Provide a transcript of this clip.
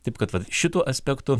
taip kad vat šituo aspektu